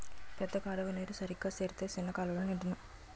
పెద్ద కాలువ నీరు సరిగా సేరితే సిన్న కాలువలు నిండునా